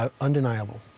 Undeniable